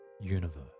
universe